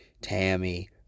Tammy